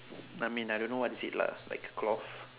I mean I don't know what is it lah like cloth